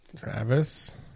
Travis